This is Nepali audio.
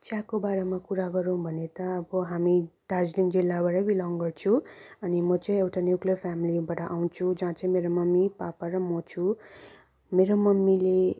चियाको बारेमा कुरा गरौँ भने त अब हामी दार्जिलिङ जिल्लाबाटै बिलङ गर्छु अनि म चाहिँ एउटा न्युक्लियर फेमिलीबाट आउँछु जहाँ चाहिँ मेरो मम्मी पापा र म छु मेरो मम्मीले